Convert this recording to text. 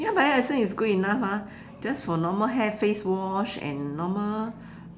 ya Bio Essence is good enough ah just for normal hair face wash and normal